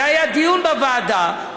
זה היה דיון בוועדה,